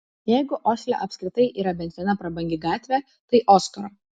jeigu osle apskritai yra bent viena prabangi gatvė tai oskaro